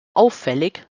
auffällig